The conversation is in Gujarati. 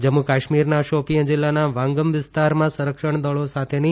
જમ્મુ કાશ્મીરના શોપિંયા જિલ્લાના વાંગમ વિસ્તારમાં સંરક્ષણદળો સાથેની